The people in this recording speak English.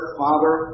father